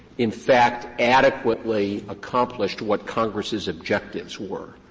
in fact, adequately accomplished what congress's objectives were.